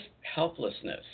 helplessness